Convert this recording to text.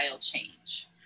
change